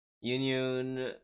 Union